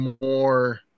more